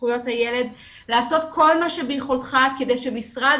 הילד לעשות כל מה שביכולתך כדי שמשרד